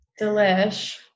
Delish